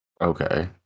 okay